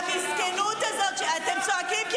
על הליכים שקריים,